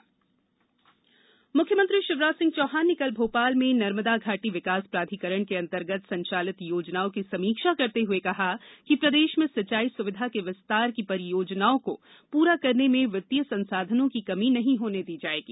सिंचाई परियोजनायें मुख्यमंत्री शिवराज सिंह चौहान ने कल भोपाल में नर्मदा घाटी विकास प्राधिकरण के अंतर्गत संचालित योजनाओं की समीक्षा करते हुए कहा कि प्रदेश में सिंचाई सुविधा के विस्तार की परियोजनायें को पूरा करने में वित्तीय संसाधनों की कमी नहीं होने दी जाएगी